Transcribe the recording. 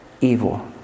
evil